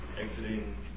Exiting